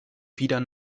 wieder